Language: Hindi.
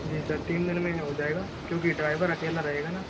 जी सर तीन दिन में हो जाएगा क्योंकि ड्राइवर अकेला रहेगा ना क्योंकि ड्राइवर अकेला रहेगा ना